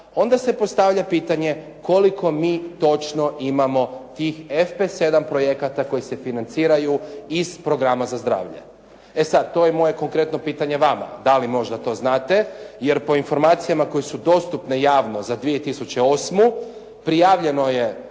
onda se postavlja pitanje koliko mi točno imamo tih FP7 projekata koji se financiraju iz programa za zdravlje. E sad, to je moje konkretno pitanje vama da li možda do znate, jer po informacijama koje su dostupne javno za 2008., prijavljeno je